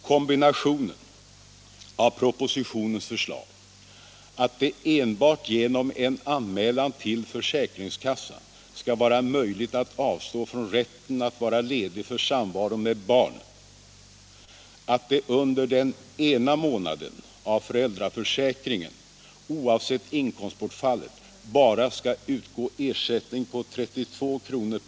Kombinationen av propositionens förslag art det enbart genom en anmälan till försäkringskassan skall vara möjligt att avstå från rätten att vara ledig för samvaro med barnen, att det under den ena månaden av föräldraförsäkringen oavsett inkomstbortfallet bara skall utgå ersättning med 32 kr.